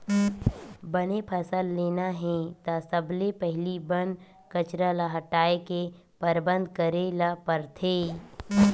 बने फसल लेना हे त सबले पहिली बन कचरा ल हटाए के परबंध करे ल परथे